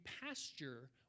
pasture